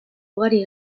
ugari